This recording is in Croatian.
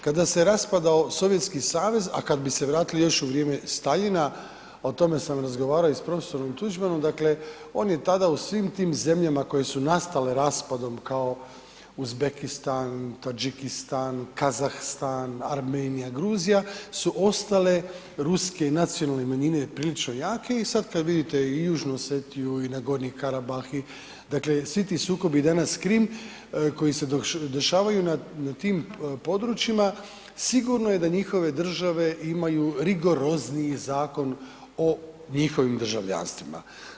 Kada se raspadao Sovjetski savez, a kad bi se vratili još u vrijeme Staljina, o tome sam razgovarao i s prof. Tuđmanom, dakle, on je tada u svim tim zemljama koje su nastale raspadom kao Uzbekistan, Tadžikistan, Kazahstan, Armenija, Gruzija su ostale ruske nacionalne manjine prilično jake i sad kad vidite i Južnu Osetiju i na Gorski Karabahi, dakle, svi ti sukobi danas, Krim koji se dešavaju na tim područjima, sigurno da njihove države imaju rigorozniji zakon o njihovim državljanstvima.